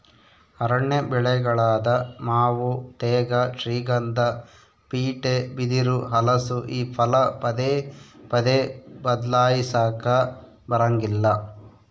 ಅರಣ್ಯ ಬೆಳೆಗಳಾದ ಮಾವು ತೇಗ, ಶ್ರೀಗಂಧ, ಬೀಟೆ, ಬಿದಿರು, ಹಲಸು ಈ ಫಲ ಪದೇ ಪದೇ ಬದ್ಲಾಯಿಸಾಕಾ ಬರಂಗಿಲ್ಲ